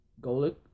Golik